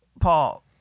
Paul